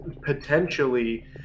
potentially